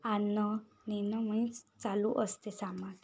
आणणं नेणं मीन्स चालू असते सामान